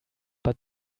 but